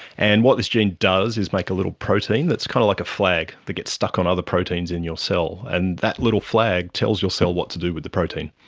and what this gene does is make a little protein that is kind of like a flag that gets stuck on other proteins in yourself. and that little flag tells your cell what to do with the protein.